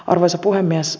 arvoisa puhemies